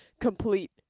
complete